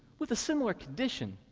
with a similar condition,